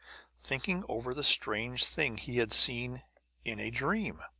thinking over the strange thing he had seen in a dream.